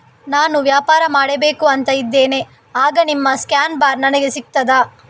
ನಾನು ವ್ಯಾಪಾರ ಮಾಡಬೇಕು ಅಂತ ಇದ್ದೇನೆ, ಆಗ ನಿಮ್ಮ ಸ್ಕ್ಯಾನ್ ಬಾರ್ ನನಗೆ ಸಿಗ್ತದಾ?